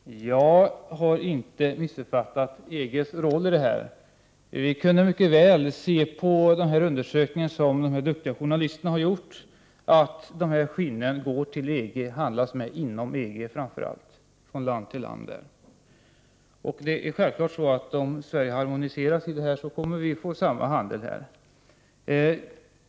Herr talman! Jag har inte missuppfattat EG:s roll i detta sammanhang. Av den undersökning som några duktiga journalister har gjort framgår det att dessa skinn hamnar i EG-länderna. Det handlas med dem inom EG. Om Sverige dras in i denna EG-harmonisering kommer Sverige att få samma handel.